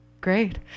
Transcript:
Great